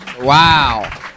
Wow